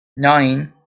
nine